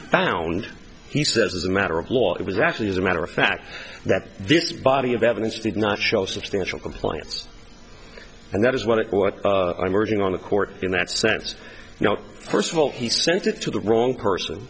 found he says as a matter of law it was actually as a matter of fact that this body of evidence did not show substantial compliance and that is what it what i'm working on the court in that sense you know first of all he sent it to the wrong person